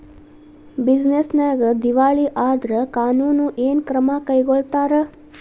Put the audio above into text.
Business ನ್ಯಾಗ ದಿವಾಳಿ ಆದ್ರ ಕಾನೂನು ಏನ ಕ್ರಮಾ ಕೈಗೊಳ್ತಾರ?